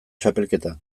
txapelketa